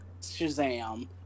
shazam